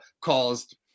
caused